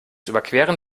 überqueren